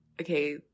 okay